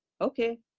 Okay